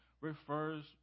refers